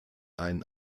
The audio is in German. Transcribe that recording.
ein